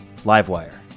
LiveWire